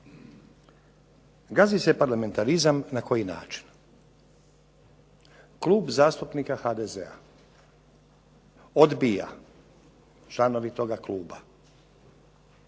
Gazi se parlamentarizam na koji način? Klub zastupnika HDZ-a odbija, članovi toga kluba